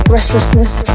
Restlessness